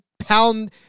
pound